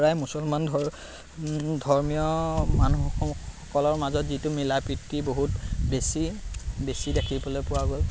প্ৰায় মুছলমান ধৰ্মীয় মানুহসকলৰ মাজত যিটো মিলা প্ৰীতি বহুত বেছি বেছি দেখিবলৈ পোৱা গ'ল